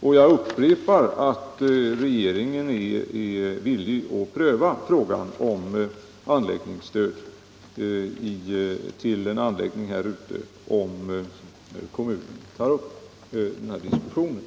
Och jag upprepar att regeringen är villig att pröva frågan om anläggningsstöd till en anläggning där ute, om kommunen tar upp den diskussionen.